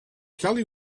kelly